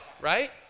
right